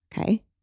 Okay